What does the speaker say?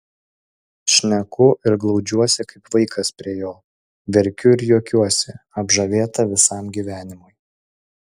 šneku ir glaudžiuosi kaip vaikas prie jo verkiu ir juokiuosi apžavėta visam gyvenimui